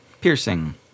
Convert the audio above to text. Piercing